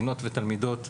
קטינות ותלמידות.